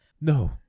No